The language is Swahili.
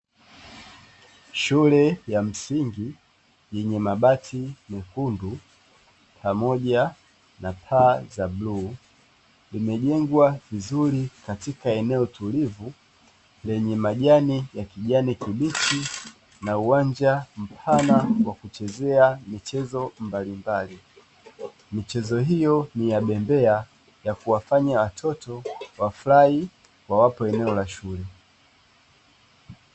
Shule ya msingi yenye mabati mekundu pamoja na paa za bluu, imejengwa vizuri katika eneo tulivu lenye majani ya kijani kibichi na uwanja mpana wa kuchezea michezo mbalimbali. Michezo hiyo ni ya bembea ya kuwafanya watoto wafurahi wawapo eneo la shule.